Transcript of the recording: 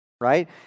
right